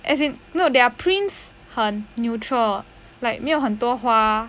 as in no their prints 很 neutral like 没有很多花